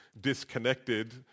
disconnected